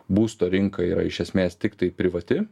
būsto rinka yra iš esmės tiktai privati